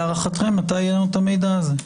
מתי להערכתם יהיה לנו המידע הזה?